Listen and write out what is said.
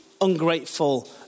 ungrateful